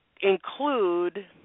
include